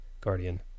Guardian